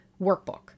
workbook